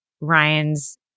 Ryan's